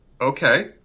okay